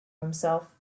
himself